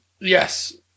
Yes